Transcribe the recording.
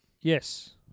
Yes